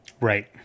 Right